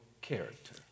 character